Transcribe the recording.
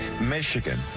Michigan